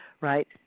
Right